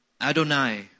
Adonai